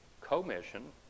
commission